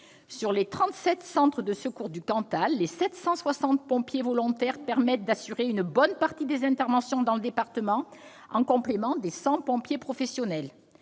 Sur les 37 centres de secours du Cantal, les 760 pompiers volontaires permettent d'assurer une bonne partie des interventions dans le département, en complément des 100 pompiers professionnels.